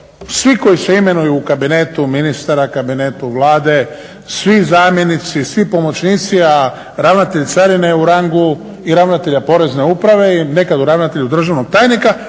svi koji se imenuju u kabinetu ministara, kabinetu Vlade, svi zamjenici, svi pomoćnici, a ravnatelj carine je u rangu i ravnatelja Porezne uprave i nekad u ravnatelju državnog tajnika,